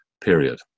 period